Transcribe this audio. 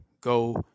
go